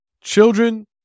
Children